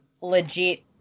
legit